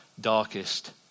darkest